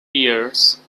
years